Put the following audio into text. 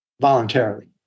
voluntarily